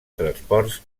transports